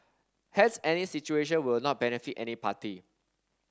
hence any situation will not benefit any party